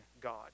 God